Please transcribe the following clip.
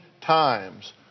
times